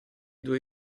due